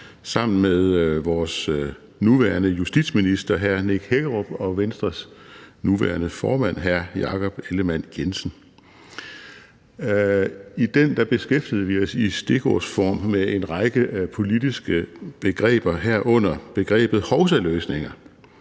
sammen med vores nuværende justitsminister, hr. Nick Hækkerup, og Venstres nuværende formand, hr. Jakob Ellemann-Jensen. I den beskæftigede vi os i stikordsform med en række politiske begreber, herunder begrebet hovsaløsninger,